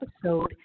episode